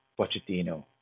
Pochettino